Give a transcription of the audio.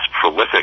prolific